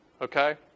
Okay